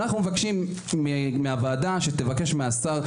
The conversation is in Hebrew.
אנחנו מבקשים מהוועדה שתבקש מהשר,